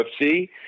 UFC